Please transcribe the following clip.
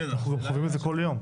אנחנו גם חווים את זה כל יום.